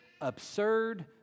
absurd